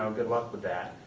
um good luck with that.